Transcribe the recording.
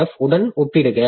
F உடன் ஒப்பிடுக